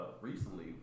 recently